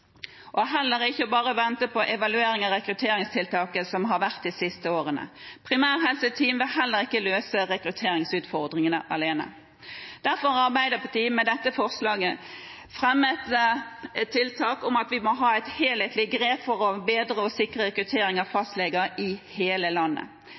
alene, heller ikke bare å vente på evaluering av rekrutteringstiltakene som har vært de siste årene. Primærhelseteam vil heller ikke løse rekrutteringsutfordringene alene. Derfor har Arbeiderpartiet her fremmet forslag om tiltak om at vi må ha et helhetlig grep for å bedre og sikre rekrutteringen av